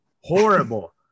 Horrible